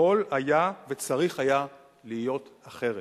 יכול היה וצריך היה להיות אחרת.